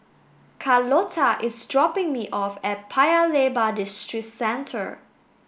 Carlota is dropping me off at Paya Lebar Districentre